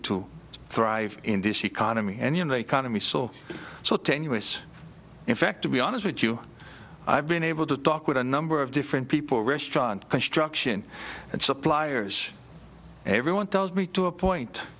to thrive in this economy and in the economy so so tenuous in fact to be honest with you i've been able to talk with a number of different people restaurant construction and suppliers everyone tells me to a point